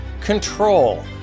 Control